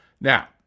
Now